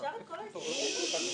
אפשר לקבל את כל ההסתייגויות?